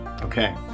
Okay